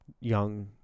young